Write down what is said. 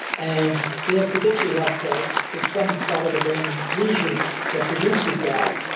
and they're particularly helpful if some part of the brain is lesioned that produces that.